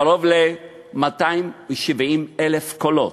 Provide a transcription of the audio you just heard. קרוב ל-270,000 קולות,